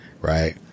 right